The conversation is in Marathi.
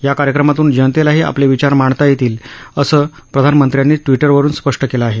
या कार्यक्रमातून जनतेलाही आपले विचार मांडता येतील असं प्रधानमंत्र्यांनी ट्वीटरवरून स्पष्ट केलं आहे